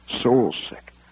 soul-sick